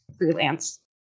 freelance